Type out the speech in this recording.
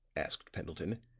asked pendleton,